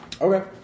Okay